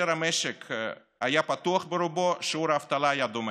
כאשר המשק היה פתוח ברובו שיעור האבטלה היה דומה.